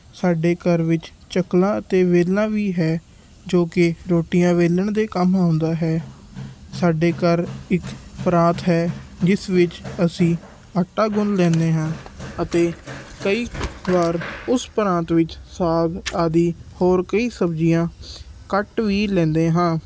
ਸਾਡੇ ਘਰ ਵਿੱਚ ਚਕਲਾ ਅਤੇ ਵੇਲਣਾ ਵੀ ਹੈ ਜੋ ਕਿ ਰੋਟੀਆਂ ਵੇਲਣ ਦੇ ਕੰਮ ਆਉਂਦਾ ਹੈ ਸਾਡੇ ਘਰ ਇੱਕ ਪਰਾਤ ਹੈ ਜਿਸ ਵਿੱਚ ਅਸੀਂ ਆਟਾ ਗੁੰਨ ਲੈਂਦੇ ਹਾਂ ਅਤੇ ਕਈ ਵਾਰ ਉਸ ਪਰਾਤ ਸਾਗ ਆਦਿ ਹੋਰ ਕਈ ਸਬਜ਼ੀਆਂ ਕੱਟ ਵੀ ਲੈਂਦੇ ਹਾਂ